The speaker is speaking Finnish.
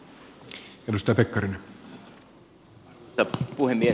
arvoisa puhemies